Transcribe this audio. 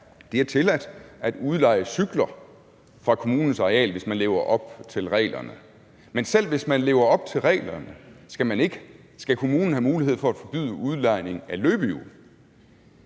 det er tilladt at udleje cykler fra kommunens areal, hvis man lever op til reglerne. Men selv hvis man lever op til reglerne, skal kommunen have mulighed for at forbyde udlejning af løbehjul.